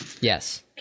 Yes